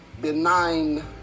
benign